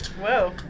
Whoa